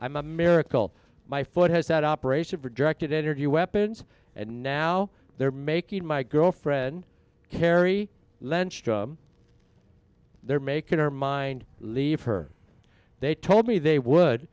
i'm a miracle my foot has that operation for directed energy weapons and now they're making my girlfriend carry len strum they're making her mind leave her they told me they would